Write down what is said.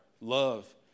love